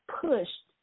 pushed